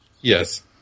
Yes